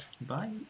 bye